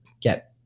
get